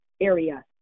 area